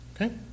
okay